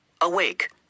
Awake